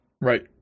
Right